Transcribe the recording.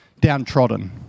downtrodden